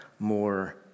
more